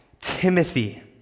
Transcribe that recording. Timothy